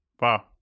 Wow